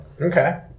okay